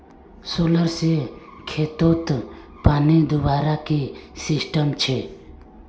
Solar से खेतोत पानी दुबार की सिस्टम छे?